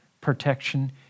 protection